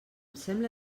sembla